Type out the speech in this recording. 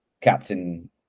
Captain